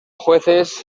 jueces